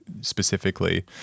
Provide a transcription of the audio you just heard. specifically